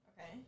Okay